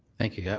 thank you. yeah